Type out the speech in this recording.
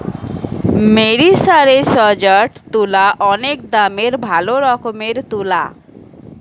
মেরিসারেসজড তুলা অনেক দামের ভালো রকমের তুলা